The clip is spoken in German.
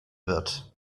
wird